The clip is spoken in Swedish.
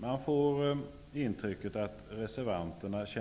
Man får intrycket att reservanterna, trots